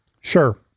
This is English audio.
Sure